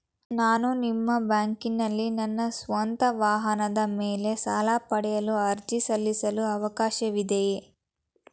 ನಾನು ನಿಮ್ಮ ಬ್ಯಾಂಕಿನಲ್ಲಿ ನನ್ನ ಸ್ವಂತ ವಾಹನದ ಮೇಲೆ ಸಾಲ ಪಡೆಯಲು ಅರ್ಜಿ ಸಲ್ಲಿಸಲು ಅವಕಾಶವಿದೆಯೇ?